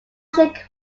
shake